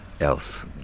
else